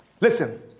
Listen